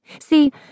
See